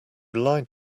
lied